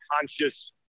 conscious